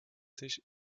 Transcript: sich